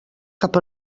cap